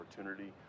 opportunity